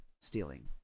stealing